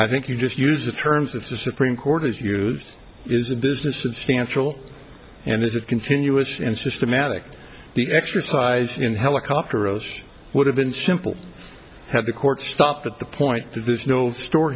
i think you just use the terms that the supreme court has used is a business substantial and is a continuous and systematic the exercise in helicopter of would have been simple had the courts stopped at the point that there's no store